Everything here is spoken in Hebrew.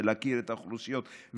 להכיר את האוכלוסיות,